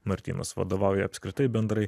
martynas vadovauja apskritai bendrai